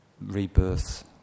rebirth